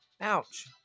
Ouch